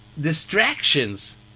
distractions